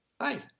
Hi